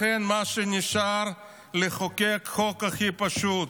לכן, מה שנשאר זה לחוקק חוק הכי פשוט: